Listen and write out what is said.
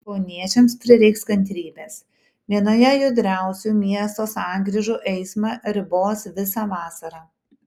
kauniečiams prireiks kantrybės vienoje judriausių miesto sankryžų eismą ribos visą vasarą